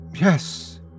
Yes